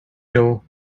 ill